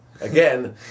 Again